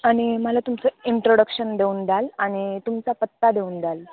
आणि मला तुमचं इंट्रोडक्शन देऊन द्याल आणि तुमचा पत्ता देऊन द्याल